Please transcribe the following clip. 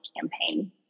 campaign